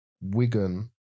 Wigan